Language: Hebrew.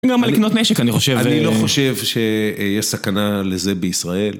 גם לקנות נשק, אני חושב. אני לא חושב ש.. אה.. יש סכנה לזה בישראל.